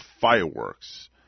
fireworks